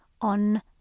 on